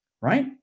Right